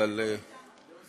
שהצעת החוק עוברת לוועדת הכלכלה.